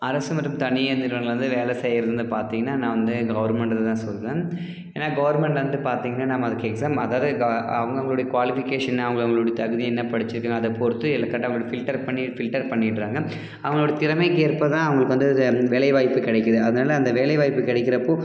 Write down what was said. அரசு மற்றும் தனியார் நிறுவனங்களில் வந்து வேலை செய்யகிறதுன்னு பார்த்தீங்கன்னா நான் வந்து கவுர்மெண்டு இது தான் சொல்வேன் ஏன்னால் கவுர்மெண்ட்டில் வந்து பார்த்தீங்கன்னா நமக்கு எக்ஸாம் அதாது க அவங்கவுங்களுடைய க்வாலிஃபிகேஷன் அவங்கவுங்களோட தகுதி என்ன படிச்சிருக்காங்கள் அதை பொறுத்து எல்லா கரெட்டா அவங்கள ஃபில்டர் பண்ணி ஃபில்டர் பண்ணிட்டுறாங்க அவங்களோட திறமைக்கேற்ப தான் அவங்களுக்கு வந்து அது வேலைவாய்ப்பு கிடைக்குது அதனால் அந்த வேலைவாய்ப்பு கிடைக்கிறப்போ